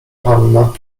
hanna